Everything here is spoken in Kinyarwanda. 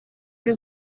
uri